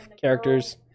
characters